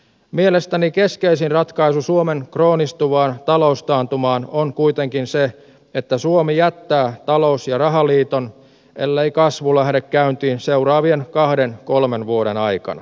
mielestäni keskeisin ratkaisu suomen kroonistuvaan taloustaantumaan on kuitenkin se että suomi jättää talous ja rahaliiton ellei kasvu lähde käyntiin seuraavien kahden kolmen vuoden aikana